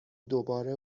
دوباره